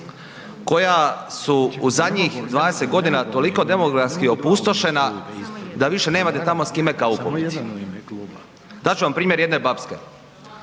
koja su u zadnjih 20 g. toliko demografski opustošena da više nemate tamo s kime kavu popiti. Dat ću vam primjer jedne Babske,